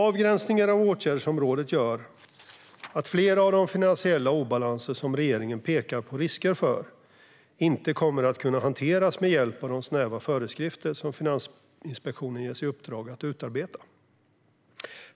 Avgränsningen av åtgärdsområdet gör att flera av de finansiella obalanser som regeringen pekar på risker för inte kommer att kunna hanteras med hjälp av de snäva föreskrifter som Finansinspektionen ges i uppdrag att utarbeta.